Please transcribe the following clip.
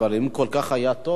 אבל היה אם כל כך טוב,